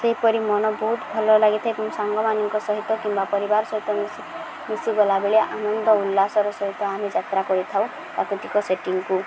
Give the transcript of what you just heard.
ସେହିପରି ମନ ବହୁତ ଭଲ ଲାଗିଥାଏ ଏବଂ ସାଙ୍ଗମାନଙ୍କ ସହିତ କିମ୍ବା ପରିବାର ସହିତ ମିଶି ମିଶି ଗଲାବେଳେ ଆନନ୍ଦ ଉଲ୍ଲାସର ସହିତ ଆମେ ଯାତ୍ରା କରିଥାଉ ପ୍ରକୃତିକ ସେଟିଂକୁ